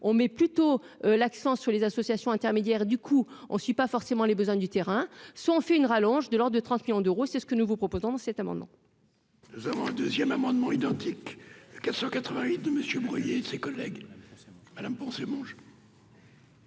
on met plutôt l'accent sur les associations intermédiaires, du coup, on suit pas forcément les besoins du terrain : soit on fait une rallonge de or de 30 millions d'euros, c'est ce que nous vous proposons dans cet amendement. Nous avons un 2ème amendement identique 488 monsieur Boyer ses collègues Alain pensait manger.